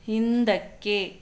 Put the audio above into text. ಹಿಂದಕ್ಕೆ